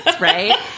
Right